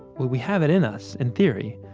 we we have it in us, in theory,